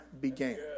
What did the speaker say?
began